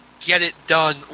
get-it-done